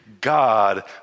God